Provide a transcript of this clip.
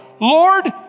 Lord